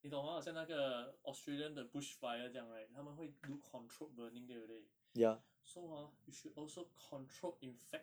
你懂 hor 好像那个 australian 的 bush fire 这样 right 他们会 do controlled burning 对不对 so hor we should also controlled infect